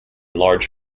large